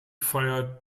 feiert